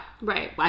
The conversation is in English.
right